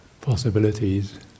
possibilities